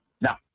now